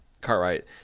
Cartwright